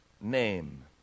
name